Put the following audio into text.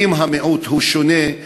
ואם המיעוט הוא שונה,